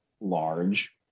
large